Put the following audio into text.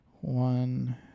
One